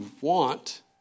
want